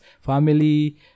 family